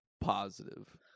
positive